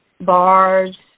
bars